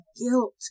guilt